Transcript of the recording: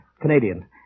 Canadian